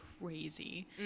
crazy